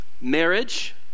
marriage